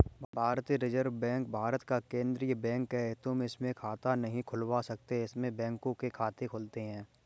भारतीय reserve bank Bharat का केन्द्रीय बैंक है, तुम इसमें खाता नहीं खुलवा सकते इसमें बैंकों के खाते खुलते हैं